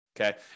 okay